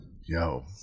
Yo